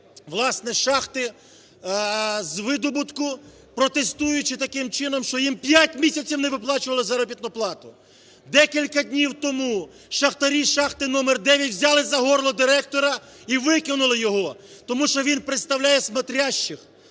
власне, з шахти, з видобутку, протестуючи таким чином, що їм 5 місяців не виплачували заробітну плату. Декілька днів тому шахтарі із шахти №9 взяли за горло директора і викинули його, тому що він представляє "смотрящих".